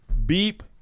Beep